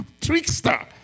trickster